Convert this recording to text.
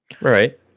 right